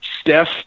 Steph